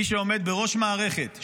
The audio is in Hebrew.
מי שעומד בראש מערכת,